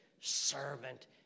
servant